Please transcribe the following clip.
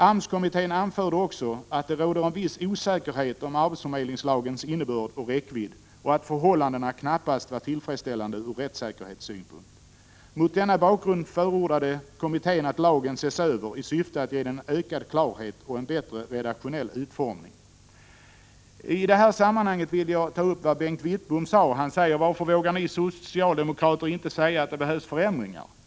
AMS-kommittén anförde också att det råder en viss osäkerhet om arbetsförmedlingslagens innebörd och räckvidd och att förhållandena knappast var tillfredsställande ur rättssäkerhetssynpunkt. Mot denna bakgrund förordade kommittén att lagen ses över i syfte att ge den ökad klarhet och en bättre redaktionell utformning. I det här sammanhanget vill jag ta upp vad Bengt Wittbom sade. Han frågade varför vi socialdemokrater inte vågar säga att det behövs förändringar.